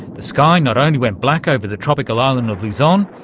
the sky not only went black over the tropical island of luzon,